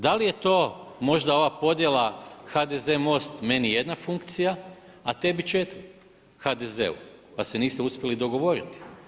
Da li je to možda ova podjela HDZ, MOST meni jedna funkcija a tebi 4, HDZ-u pa se niste uspjeli dogovoriti.